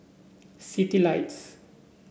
Citylights